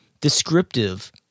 descriptive